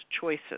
choices